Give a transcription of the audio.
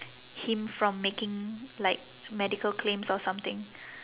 him from making like medical claims or something